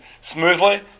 smoothly